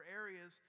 areas